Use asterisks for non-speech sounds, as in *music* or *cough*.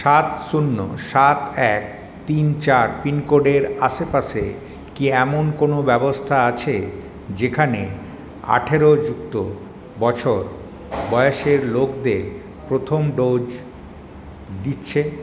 সাত শূন্য সাত এক তিন চার পিনকোডের আশেপাশে কি এমন কোনো ব্যবস্থা আছে যেখানে আঠারো যুক্ত বছর *unintelligible* বয়সের লোকদের প্রথম ডোজ দিচ্ছে